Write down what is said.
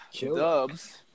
Dubs